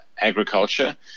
agriculture